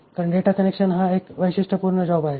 कारण data collection हा एक वैशिष्ट्यपूर्ण जॉब आहे